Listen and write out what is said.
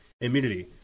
immunity